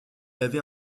avait